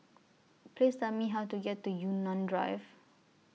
Please Tell Me How to get to Yunnan Drive